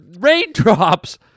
raindrops